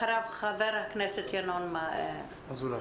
אחריו חבר הכנסת ינון אזולאי.